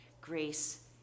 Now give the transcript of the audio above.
grace